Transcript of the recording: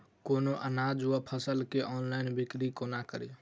कोनों अनाज वा फसल केँ ऑनलाइन बिक्री कोना कड़ी?